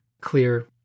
clear